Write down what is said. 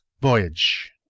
Voyage